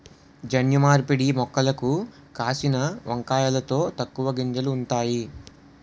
జన్యు మార్పిడి మొక్కలకు కాసిన వంకాయలలో తక్కువ గింజలు ఉంతాయి